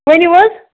ؤنِو حظ